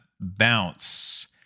bounce